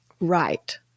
Right